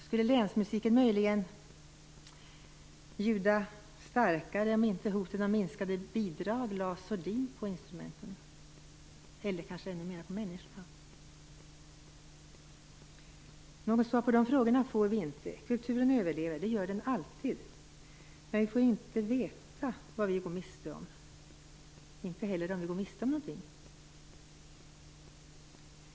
Skulle Länsmusiken möjligen ljuda starkare om inte hoten om minskade bidrag lade sordin på instrumenten, eller kanske ännu mer på människorna? Något svar på de frågorna får vi inte. Kulturen överlever - det gör den alltid. Men vi får inte veta vad vi går miste om eller om vi går miste om någonting.